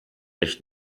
echt